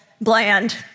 bland